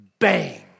Bang